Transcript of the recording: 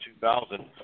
2000